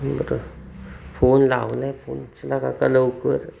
बरं फोन लावला आहे फोन उचला काका लवकर